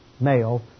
male